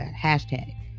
hashtag